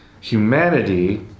Humanity